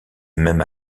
même